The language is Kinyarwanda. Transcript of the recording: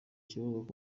kibuga